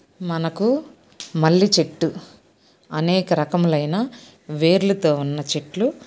మనకు మల్లె చెట్టు అనేక రకములైన వేర్లతో ఉన్న చెట్లు